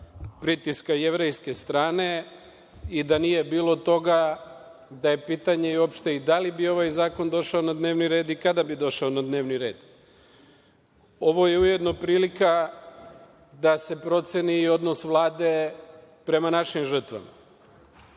pritiska jevrejske strane. Da nije bilo toga, pitanje je da li bi uopšte ovaj zakon došao na dnevni red i kada bi došao na dnevni red. Ovo je ujedno prilika da se proceni i odnos Vlade prema našim žrtvama.